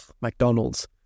McDonald's